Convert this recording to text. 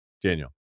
Daniel